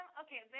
Okay